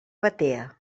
batea